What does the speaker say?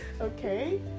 Okay